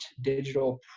digital